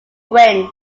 wins